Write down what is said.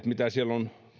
mitä siellä on